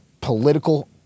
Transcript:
political